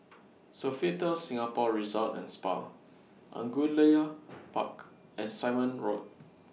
Sofitel Singapore Resort and Spa Angullia Park and Simon Road